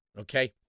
okay